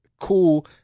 cool